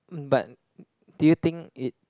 um but do you think it